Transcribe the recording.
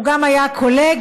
הוא גם היה קולגה,